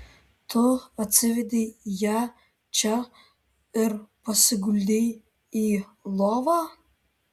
tu atsivedei ją čia ir pasiguldei į lovą